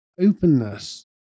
openness